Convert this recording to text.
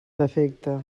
defecte